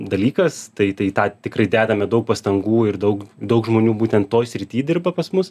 dalykas tai tai į tą tikrai dedame daug pastangų ir daug daug žmonių būtent toj srity dirba pas mus